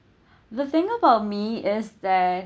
the thing about me is that